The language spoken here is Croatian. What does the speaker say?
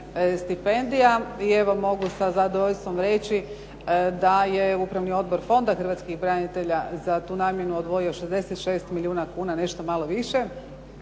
I evo mogu sa zadovoljstvom reći da je Upravni odbor Fonda hrvatskih branitelja za tu namjenu odvojio 66 milijuna kuna, nešto malo više,